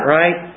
right